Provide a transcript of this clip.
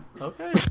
Okay